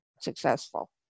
successful